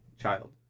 child